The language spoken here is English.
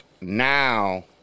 now